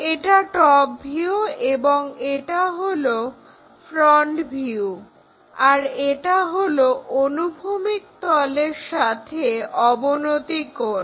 এটা top view এবং এটি হলো ফ্রন্ট ভিউ আর এটি হলো অনুভূমিক তলের সাথে অবনতি কোণ